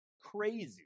crazy